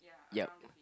ya